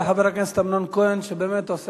תודה לחבר הכנסת אמנון כהן שבאמת עושה